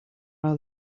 are